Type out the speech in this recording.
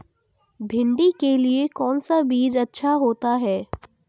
भिंडी के लिए कौन सा बीज अच्छा होता है?